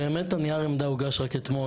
נייר העמדה הוגש רק אתמול,